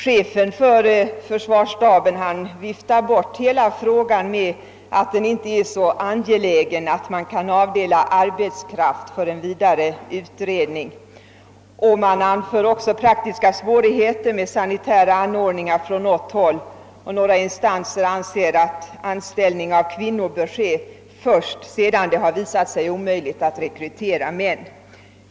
Chefen för försvarsstaben viftar bort hela frågan med att den inte är så angelägen att man kan avdela arbetskraft för en vidare utredning, och det anföres också från något håll praktiska svårigheter när det gäller sanitära anordningar. Några instanser har ansett att anställning av kvinnor bör ske först sedan det visat sig vara omöjligt att rekrytera män.